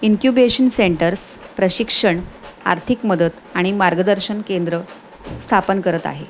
incubation centres प्रशिक्षण आर्थिक मदत आणि मार्गदर्शन केंद्र स्थापन करत आहे